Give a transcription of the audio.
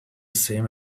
same